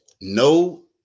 no